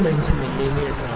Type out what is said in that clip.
05 മില്ലീമീറ്ററാണ് ഇത് 0